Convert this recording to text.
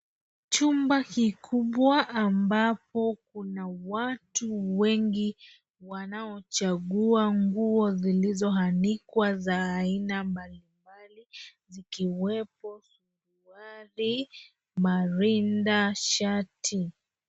Chumba kikubwa ambapo kuna watu wengi wanaochagua nguo zilizoanikwa za aina mbalimbali zikiwepo suruali, marinda, shati.